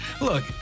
Look